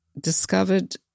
discovered